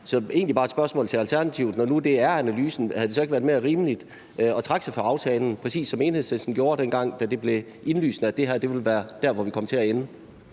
har egentlig bare et spørgsmål til Alternativet: Når det nu er analysen, havde det så ikke været mere rimeligt at trække sig fra aftalen, præcis som Enhedslisten gjorde, dengang det blev indlysende, at det her ville være der, hvor vi ville ende?